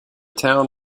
town